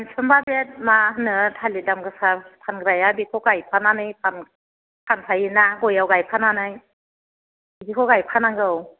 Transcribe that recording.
मानसिफ्रानोबा बे मा होनो थालिर दाम गोसा फानग्राया बेखौ गायफानानै फानखायो ना गयाव गायफानानै बिदिखौ गायफानांगौ